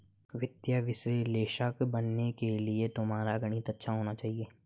वित्तीय विश्लेषक बनने के लिए तुम्हारा गणित अच्छा होना चाहिए